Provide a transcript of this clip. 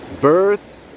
Birth